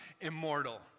immortal